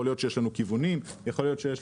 יכול להיות שיש לנו כיוונים או רעיונות,